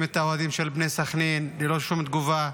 את האוהדים של בני סח'נין ללא שום תגובה,